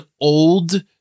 old